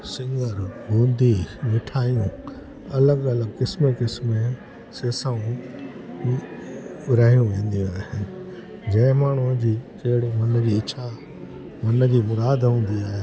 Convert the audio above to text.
सिंङरु बुंदी मिठाइयूं अलॻि अलॻि क़िस्म क़िस्म जा सेसाऊं विरिहायूं वेंदियूं आहिनि जंहिं माण्हूअ जी जहिड़ी मन जी इच्छा मन जी मुराद हूंदी आहे